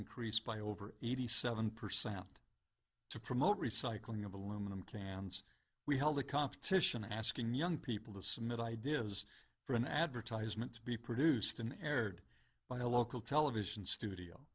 increased by over eighty seven percent to promote recycling of aluminum cans we held a competition asking young people to submit ideas for an advertisement to be produced in aired by a local television studio